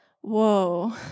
whoa